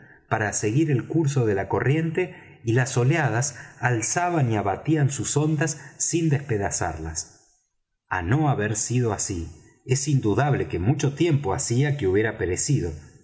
para seguir el curso de la corriente y las oleadas alzaban y abatían sus ondas sin despedazarlas á no haber sido así es indudable que mucho tiempo hacía que hubiera perecido